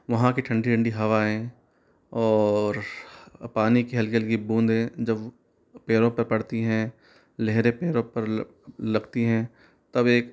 वहाँ की ठंडी ठंडी हवाएँ और पानी की हल्की हल्की बूंदें जब पैरों पर पड़ती है लहरें पैरों पर ल लगती हैं तब एक